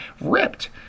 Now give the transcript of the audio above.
ripped